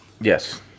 Yes